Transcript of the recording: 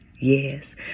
Yes